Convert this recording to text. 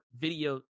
video